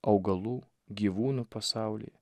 augalų gyvūnų pasaulį